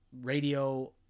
radio